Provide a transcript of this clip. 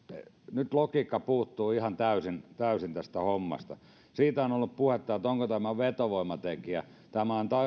nyt logiikka puuttuu ihan täysin täysin tästä hommasta siitä on ollut puhetta onko tämä vetovoimatekijä tämä on